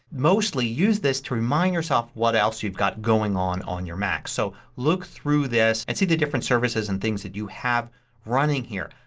mostly use this to remind yourself what else you've got going on on your mac. so look through this and see the different services and things that you have running here.